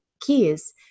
keys